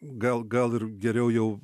gal gal ir geriau jau